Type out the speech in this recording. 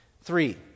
Three